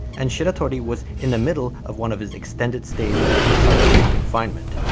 and shiratori was in the middle of one of his extended stays in solitary confinement.